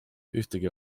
ühtegi